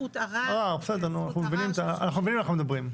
אנחנו מבינים על מה אנחנו מדברים.